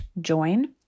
join